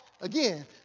Again